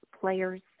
players